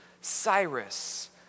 Cyrus